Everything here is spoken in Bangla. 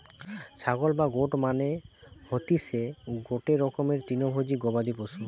ছাগল বা গোট মানে হতিসে গটে রকমের তৃণভোজী গবাদি পশু